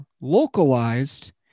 localized